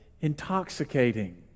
intoxicating